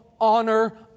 honor